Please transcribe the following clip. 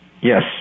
Yes